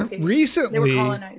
Recently